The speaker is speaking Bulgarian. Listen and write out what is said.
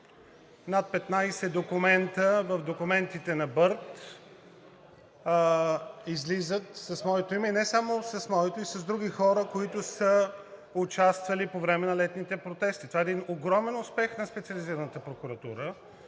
Над 15 документа в документите на Бърд.бг излизат с моето име, и не само с моето – и на други хора, които са участвали по време на летните протести. Това е един огромен успех на Специализираната прокуратура,